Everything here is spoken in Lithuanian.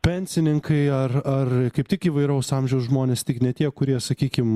pensininkai ar ar kaip tik įvairaus amžiaus žmonės tik ne tie kurie sakykim